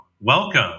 Welcome